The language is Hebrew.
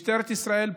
משטרת ישראל פועלת,